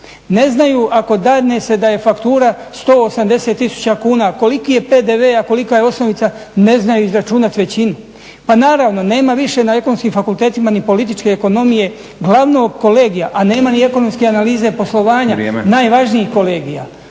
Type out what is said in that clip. Ne znaju ako dadne se da je faktura 180 tisuća kuna koliki je PDV, a kolika je osnovica, ne znaju izračunati većina. Pa naravno, nema više na ekonomskim fakultetima ni političke ekonomije, glavnog kolegija, a nema ni ekonomske analize poslovanja najvažnijih kolegija.